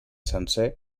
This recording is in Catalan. sencer